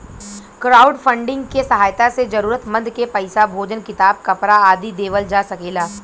crowdfunding के सहायता से जरूरतमंद के पईसा, भोजन किताब, कपरा आदि देवल जा सकेला